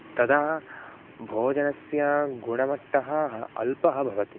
कदा भोजनस्य गुणवत्ता अ अल्पा भवति